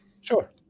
Sure